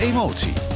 Emotie